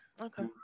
Okay